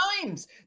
times